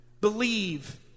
believe